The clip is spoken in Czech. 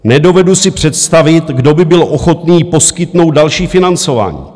Nedovedu si představit, kdo by byl ochotný poskytnout další financování.